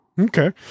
okay